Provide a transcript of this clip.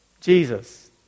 Jesus